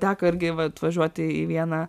teko irgi vat važiuoti į vieną